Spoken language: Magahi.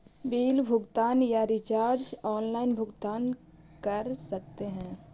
बिल भुगतान या रिचार्ज आनलाइन भुगतान कर सकते हैं?